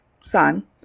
son